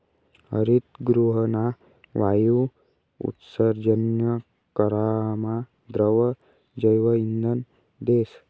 हरितगृहना वायु उत्सर्जन करामा द्रव जैवइंधन देस